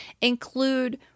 include